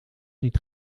niet